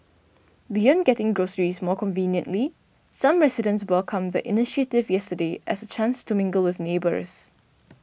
beyond getting groceries more conveniently some residents welcomed the initiative yesterday as chance to mingle with neighbours